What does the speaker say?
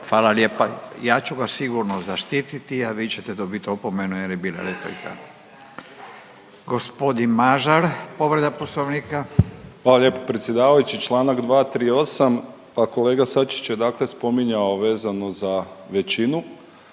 Hvala lijepa. Ja ću vas sigurno zaštiti, a vi ćete dobiti opomenu jer je bila replika. Gospodin Mažar povreda Poslovnika. **Mažar, Nikola (HDZ)** Hvala lijepo predsjedavajući. Članak 238. Pa kolega Sačić je dakle spominjao vezano za većinu,